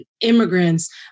immigrants